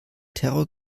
terror